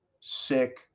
sick